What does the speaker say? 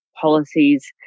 policies